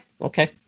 Okay